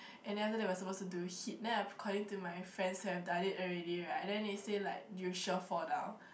and then after that we are suppose to do it hit then according to my friends who have done it already right then they say like you sure fall down